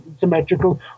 symmetrical